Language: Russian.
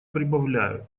прибавляю